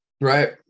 Right